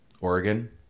Oregon